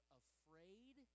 afraid